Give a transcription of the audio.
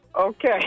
Okay